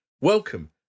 Welcome